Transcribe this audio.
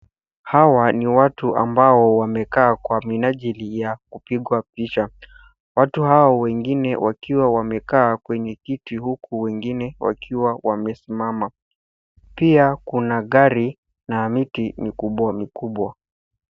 Hawa ni watu ambao wamekaa kwa minajili ya kupigwa picha. Watu hao wengine wakiwa wamekaa kwenye kiti huku wengine wakiwa wamesimama. Pia kuna gari na miti mikubwa mikubwa.